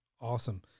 awesome